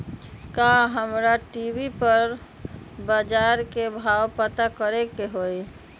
का हमरा टी.वी पर बजार के भाव पता करे के होई?